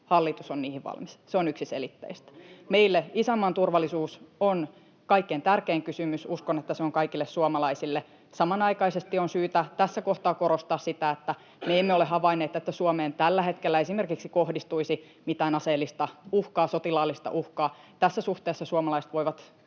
[Perussuomalaisten ryhmästä: Pian!] Meille isänmaan turvallisuus on kaikkein tärkein kysymys. Uskon, että se on sitä kaikille suomalaisille. Samanaikaisesti on syytä tässä kohtaa korostaa sitä, että me emme ole havainneet, että Suomeen tällä hetkellä esimerkiksi kohdistuisi mitään aseellista uhkaa, sotilaallista uhkaa. Tässä suhteessa suomalaiset voivat